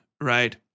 right